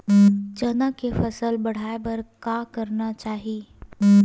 चना के फसल बढ़ाय बर का करना चाही?